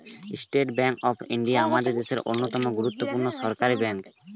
state Bank of India আমাদের দেশের অন্যতম গুরুত্বপূর্ণ সরকারি ব্যাঙ্ক